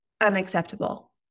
unacceptable